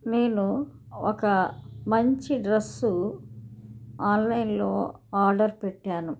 నేను ఒక మంచి డ్రస్సు ఆన్లైన్లో ఆర్డర్ పెట్టాను